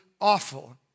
awful